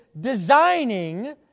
designing